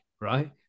right